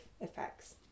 effects